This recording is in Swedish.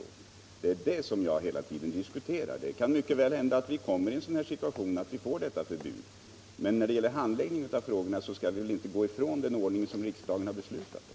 Det är det som jag hela tiden diskuterar. Det kan mycket väl hända all vi kommer i den situationen att vi får ett sådant här förbud, men när det gäller frågornas handläggning kan vi inte gå ifrån den ordning som riksdagen har beslutat om.